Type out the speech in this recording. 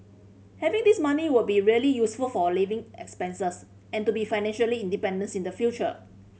having this money will be really useful for a living expenses and to be financially independent in the future